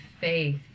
faith